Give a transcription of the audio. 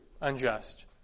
unjust